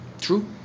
True